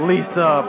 Lisa